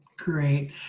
Great